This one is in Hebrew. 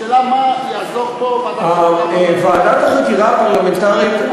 השאלה, מה תעזור פה ועדת חקירה פרלמנטרית?